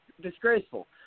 disgraceful